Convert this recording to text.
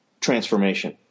transformation